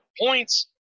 points